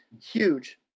huge